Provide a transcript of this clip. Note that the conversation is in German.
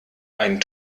einen